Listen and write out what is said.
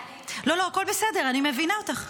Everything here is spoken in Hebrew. --- לא, לא, הכול בסדר, אני מבינה אותך.